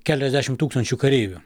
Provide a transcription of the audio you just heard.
keliasdešim tūkstančių kareivių